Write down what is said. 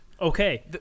Okay